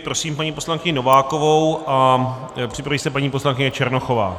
Prosím paní poslankyni Novákovou a připraví se paní poslankyně Černochová.